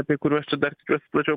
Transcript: apie kuriuos čia dar tikiuosi plačiau